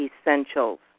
Essentials